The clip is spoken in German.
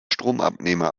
stromabnehmer